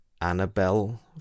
Annabelle